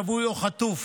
שבוי או חטוף,